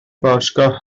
باشگاه